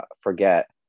forget